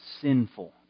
sinful